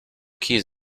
keys